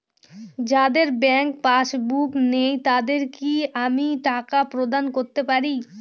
যাদের bank passbook নেই তাদের কি আমি টাকা প্রদান করতে পারি?